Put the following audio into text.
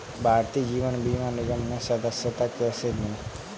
भारतीय जीवन बीमा निगम में सदस्यता कैसे लें?